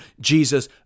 Jesus